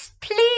please